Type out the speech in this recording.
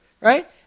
right